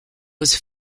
was